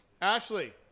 Ashley